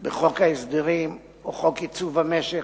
בחוק ההסדרים או חוק עיצוב המשק,